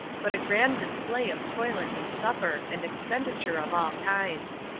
but a grand display of toilet and supper, and expenditure of all kinds.